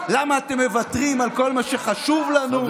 למה אתם מוותרים על כל מה שחשוב לנו.